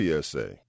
PSA